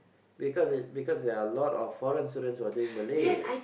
because it's because there are a lot of foreign students who are taking Malay